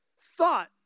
thought